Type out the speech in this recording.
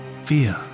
fear